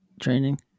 training